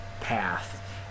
path